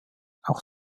auch